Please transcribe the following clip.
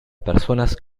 personas